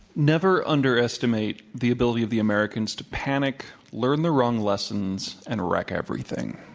never underestimate the ability of the americans to panic, learn the wrong lessons, and wreck everything.